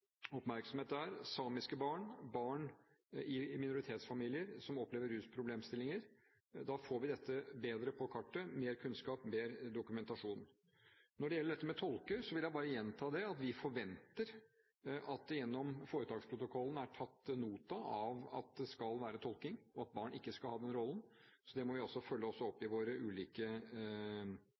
oppmerksomhet der – samiske barn, barn i minoritetsfamilier, som opplever rusproblemstillinger. Da får vi dette bedre på kartet – mer kunnskap, mer dokumentasjon. Når det gjelder dette med tolker, vil jeg bare gjenta at vi forventer at det gjennom foretaksprotokollen er tatt nota av at det skal være tolking, og at barn ikke skal ha den rollen. Det må vi også følge opp i våre ulike